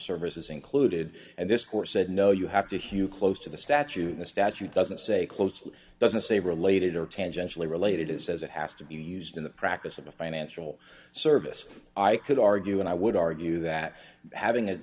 services included and this court said no you have to hew close to the statute the statute doesn't say closely doesn't say related or tangentially related it says it has to be used in the practice of a financial service i could argue and i would argue that having